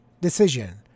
Decision